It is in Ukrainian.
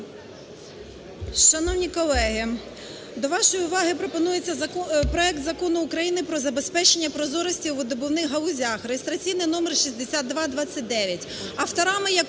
Шановні колеги! До вашої уваги пропонується проект Закону України про забезпечення прозорості у видобувних галузях (реєстраційний номер 6229),